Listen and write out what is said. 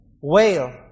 whale